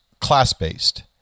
class-based